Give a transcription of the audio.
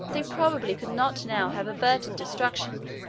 they probably could not now have averted destruction,